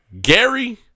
Gary